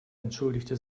entschuldigte